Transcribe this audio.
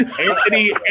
Anthony